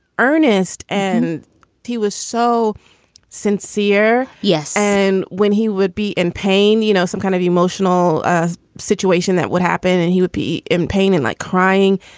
earnest. and he was so sincere. yes. and when he would be in pain, you know, some kind of emotional ah situation that would happen and he would be in pain and like crying.